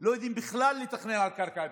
לא יודעות בכלל לתכנן על קרקע פרטית.